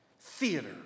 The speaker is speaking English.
theater